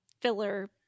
filler